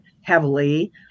heavily